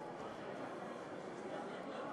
בדיוק לפני חצי שנה, ביום הזה, בתאריך הזה,